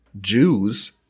Jews